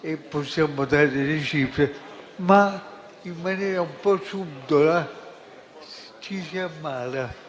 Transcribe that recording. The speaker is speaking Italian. - e possiamo dare delle cifre - ma, in maniera un po' subdola, ci si ammala